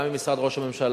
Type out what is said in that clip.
גם עם משרד ראש הממשלה,